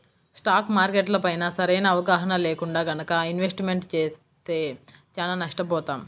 stock మార్కెట్లపైన సరైన అవగాహన లేకుండా గనక ఇన్వెస్ట్మెంట్ చేస్తే చానా నష్టపోతాం